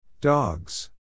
Dogs